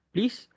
Please